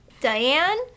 Diane